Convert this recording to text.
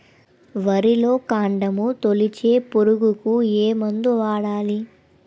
వరిలో కాండము తొలిచే పురుగుకు ఏ మందు వాడాలి?